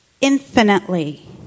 infinitely